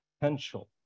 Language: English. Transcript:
potential